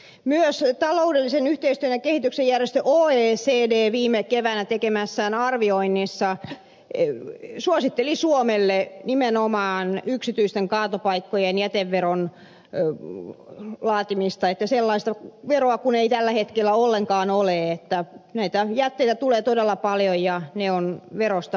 myös taloudellisen yhteistyön ja kehityksen järjestö oecd viime keväänä tekemässään arvioinnissa suositteli suomelle nimenomaan yksityisten kaatopaikkojen jäteveron laatimista sellaista veroa kun ei tällä hetkellä ollenkaan ole ja näitä jätteitä tulee todella paljon ja ne ovat verosta vapaina